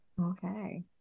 Okay